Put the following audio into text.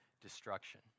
destruction